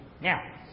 Now